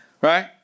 right